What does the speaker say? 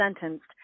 sentenced